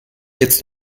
jetzt